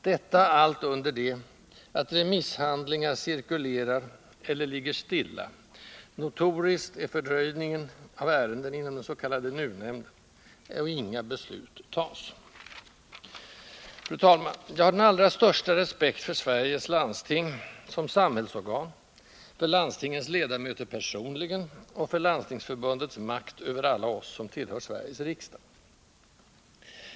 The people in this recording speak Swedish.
Detta allt under det att remisshandlingar cirkulerar eller ligger stilla — notorisk är fördröjningen av ärenden inom den s.k. NUU-nämnden — och inga beslut tas. Fru talman! Jag har den allra största respekt för Sveriges landsting som samhällsorgan, för landstingens ledamöter personligen och för Landstingsförbundets makt över alla oss som tillhör Sveriges riksdag.